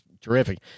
terrific